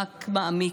רק מעמיק.